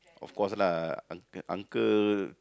of course lah unc~ uncle